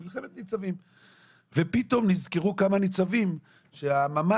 מלחמת ניצבים ופתאום נזכרו כמה ניצבים שמפקד